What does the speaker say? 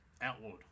outward